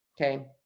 Okay